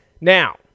Now